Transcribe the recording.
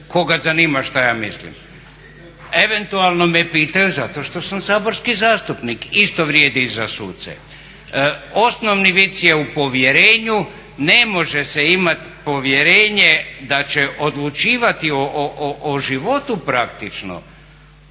koga zanima što ja mislim? Eventualno me pitaju zato što sam saborski zastupnik, isto vrijedi i za suce. Osnovni vic je u povjerenju, ne može se imati povjerenje da će odlučivati o životu praktično